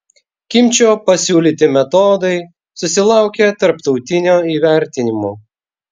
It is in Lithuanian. kimčio pasiūlyti metodai susilaukė tarptautinio įvertinimo